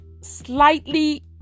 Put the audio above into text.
slightly